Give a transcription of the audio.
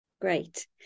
Great